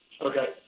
Okay